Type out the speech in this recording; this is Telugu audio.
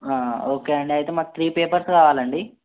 ఓకే అండి అయితే మాకు త్రీ పేపర్స్ కావలండి